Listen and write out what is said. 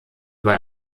bei